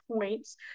points